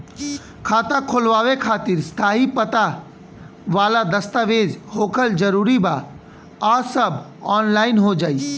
खाता खोलवावे खातिर स्थायी पता वाला दस्तावेज़ होखल जरूरी बा आ सब ऑनलाइन हो जाई?